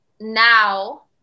now